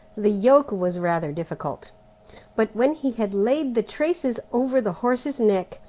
the yoke was rather difficult but when he had laid the traces over the horse's neck,